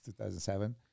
2007